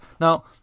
Now